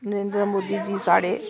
नरेंद्र मोदी जी साढ़े